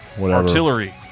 artillery